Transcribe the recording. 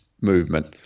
movement